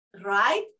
Right